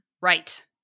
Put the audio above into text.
Right